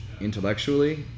intellectually